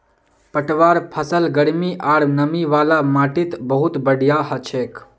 पटवार फसल गर्मी आर नमी वाला माटीत बहुत बढ़िया हछेक